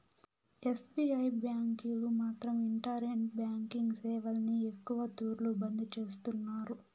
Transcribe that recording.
SBI బ్యాంకీలు మాత్రం internet banking సేవల్ని ఎక్కవ తూర్లు బంద్ చేస్తున్నారు